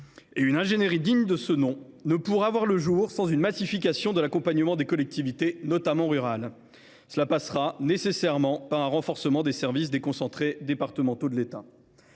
Or une ingénierie digne de ce nom ne pourra voir le jour sans la massification de l’accompagnement des collectivités, notamment rurales, ce qui passera nécessairement par le renforcement des services déconcentrés de l’État